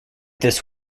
this